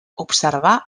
observar